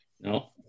No